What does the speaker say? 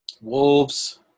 Wolves